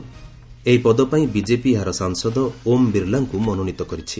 ଏହି ପଦ ପାଇଁ ବିଜେପି ଏହାର ସାଂସଦ ଓମ୍ ବିର୍ଲାଙ୍କୁ ମନୋନୀତ କରିଛି